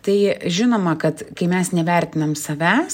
tai žinoma kad kai mes nevertinam savęs